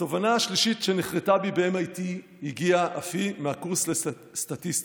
התובנה השלישית שנחרתה בי ב-MIT הגיעה אף היא מהקורס לסטטיסטיקה.